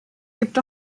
gibt